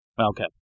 Okay